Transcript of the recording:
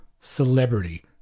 celebrity